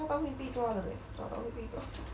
抓到会被抓的 leh 抓到会被抓